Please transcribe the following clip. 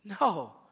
No